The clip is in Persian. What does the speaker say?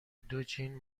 دوجین